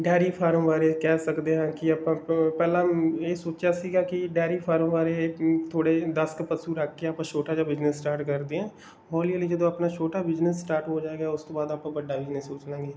dairy farm ਬਾਰੇ ਕਹਿ ਸਕਦੇ ਹਾਂ ਕਿ ਆਪਾਂ ਪ ਪਹਿਲਾਂ ਇਹ ਸੋਚਿਆ ਸੀਗਾ ਕਿ ਡੈਅਰੀ ਫਾਰਮ ਬਾਰੇ ਥੋੜ੍ਹੇ ਦਸ ਕੁ ਪਸ਼ੂ ਰੱਖ ਕੇ ਆਪਾਂ ਛੋਟਾ ਜਿਹਾ ਬਿਜ਼ਨਸ ਸਟਾਰਟ ਕਰਦੇ ਹਾਂ ਹੌਲੀ ਹੌਲੀ ਜਦੋਂ ਆਪਣਾ ਛੋਟਾ ਬਿਜ਼ਨਸ ਸਟਾਰਟ ਹੋ ਜਾਵੇਗਾ ਉਸ ਤੋਂ ਬਾਅਦ ਆਪਾਂ ਵੱਡਾ ਬਿਜ਼ਨਸ ਸੋਚ ਲਵਾਂਗੇ